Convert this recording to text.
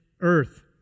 earth